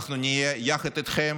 ואנחנו נהיה יחד איתכם